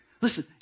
Listen